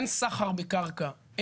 אין סחר בקרקע,